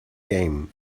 game